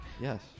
yes